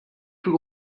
plus